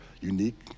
unique